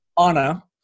Anna